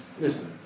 Listen